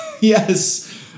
Yes